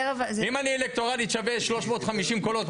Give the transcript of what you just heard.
שווה אלקטורלית 350 קולות,